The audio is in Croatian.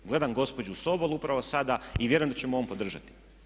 Gledam gospođu Sobol upravo sada i vjerujem da će me ona podržati.